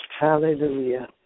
Hallelujah